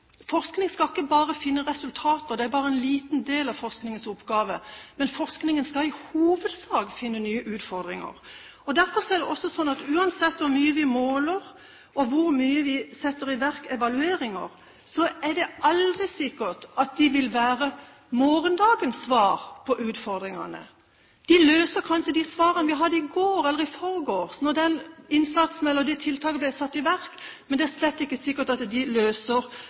forskning: Forskning skal ikke bare finne resultater, det er bare en liten del av forskningens oppgave; forskningen skal i hovedsak finne nye utfordringer. Derfor er det også sånn at uansett hvor mye vi måler, og hvor mye vi setter i verk evalueringer, er det aldri sikkert at de vil være morgendagens svar på utfordringene. De løser kanskje de svarene vi hadde i går, eller i forgårs, da den innsatsen eller de tiltakene ble satt i verk, men det er slett ikke sikkert at de løser